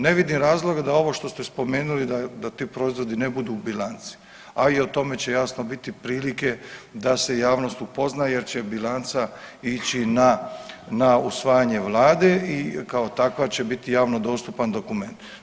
Ne vidim razloga da ovo što ste spomenuli, da ti proizvodi ne budu u bilanci, a i o tome će, jasno biti prilike da se javnost upozna jer će bilanca ići na usvajanje Vlade i kao takva će biti javno dostupan dokument.